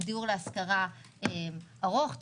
הוא דיור להשכרה ארוך טווח,